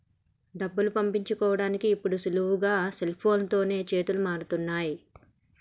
డబ్బులు పంపించుకోడానికి ఇప్పుడు సులువుగా సెల్ఫోన్లతోనే చేతులు మారుతున్నయ్